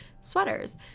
sweaters